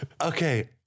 Okay